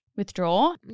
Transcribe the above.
withdraw